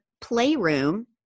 playroom